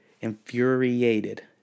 infuriated